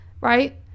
right